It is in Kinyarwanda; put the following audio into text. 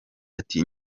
ati